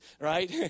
right